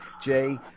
Jay